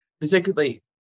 particularly